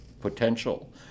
potential